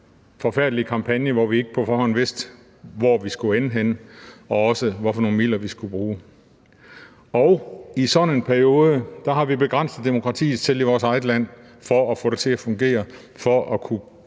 forfærdelige kampagne, hvor vi ikke på forhånd vidste, hvor vi skulle ende henne, og også hvad for nogle midler vi skulle bruge. I sådan en periode har vi begrænset demokratiet selv i vores eget land for at få det til at fungere, for at kunne